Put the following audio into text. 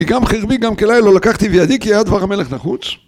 כי גם חרבי גם כלי לא לקחתי בידי כי היה דבר המלך נחוץ